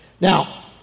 Now